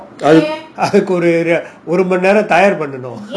அதுக்குஒருஒருமணிநேரம்தயார்பண்ணனும்:adhuku oru orumani neram thayar pannanum